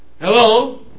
hello